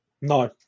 No